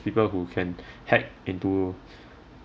people who can hack into